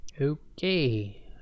okay